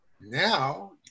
Now